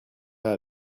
pas